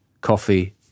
coffee